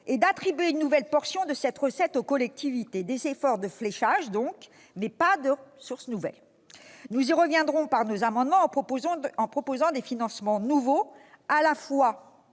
et d'attribuer une nouvelle portion de cette recette aux collectivités. Des efforts de fléchage, donc, mais pas de sources nouvelles ! Nous y reviendrons par nos amendements, en proposant des financements nouveaux, à la fois